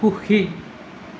সুখী